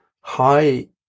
high